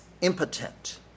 impotent